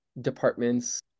departments